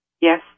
Yes